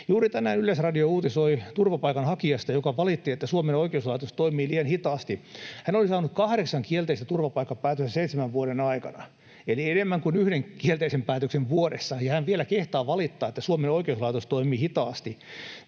Juuri tänään Yleisradio uutisoi turvapaikanhakijasta, joka valitti, että Suomen oikeuslaitos toimii liian hitaasti. Hän oli saanut kahdeksan kielteistä turvapaikkapäätöstä seitsemän vuoden aikana eli enemmän kuin yhden kielteisen päätöksen vuodessa, ja hän vielä kehtaa valittaa, että Suomen oikeuslaitos toimii hitaasti.